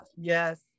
Yes